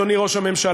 אדוני ראש הממשלה,